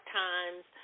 times